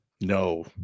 No